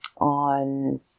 on